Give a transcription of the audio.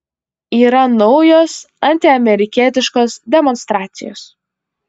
yra naujos antiamerikietiškos demonstracijos